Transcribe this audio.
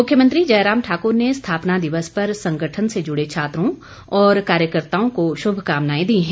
मुख्यमंत्री जयराम ठाकुर ने स्थापना दिवस पर संगठन से जुड़े छात्रों व कार्यकर्ताओं को शुभकामनाएं दी हैं